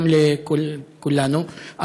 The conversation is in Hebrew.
גם לכולנו,